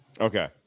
Okay